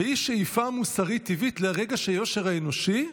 והיא שאיפה מוסרית טבעית לרגש היושר האנושי,